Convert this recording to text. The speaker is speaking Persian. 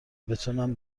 بتونم